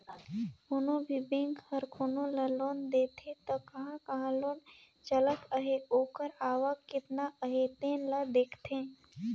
कोनो भी बेंक हर कोनो ल लोन देथे त कहां कहां लोन चलत अहे ओकर आवक केतना अहे तेन ल देखथे